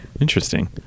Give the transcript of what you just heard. interesting